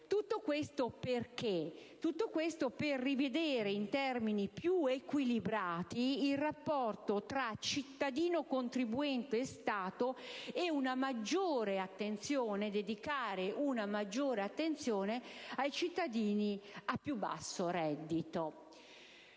applicabili. Tutto questo per rivedere in termini più equilibrati il rapporto tra cittadino contribuente e Stato e per dedicare una maggiore attenzione ai cittadini a più basso reddito;